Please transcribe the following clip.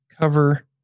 cover